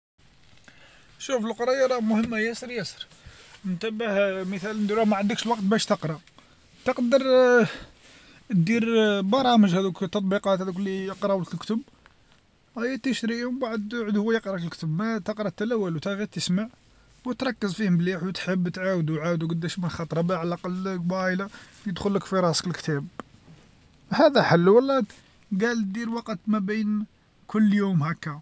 شوف القرايه راها مهمه ياسر ياسر، انتبه مثال نديروها ما عندكش الوقت باش تقرا، تقدر دير برامج هاذوك التطبيقات هادوك اللي يقراولك الكتب، ايا تشريه ومن بعد يعود هو يقرالك الكتب، ما تقرا نتا لا والو نتا غي تسمع، وتركز فيه مليح وتحب تعاودو عاودو قداش من خطره باه على الاقل يدخلك في راسك الكتاب، هذا حل ولا قال دير وقت ما بين كل يوم هاكا.